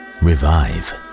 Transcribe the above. revive